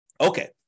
Okay